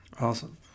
awesome